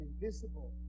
invisible